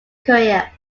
career